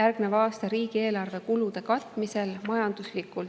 järgneva aasta riigieelarve kulude katmisel Eesti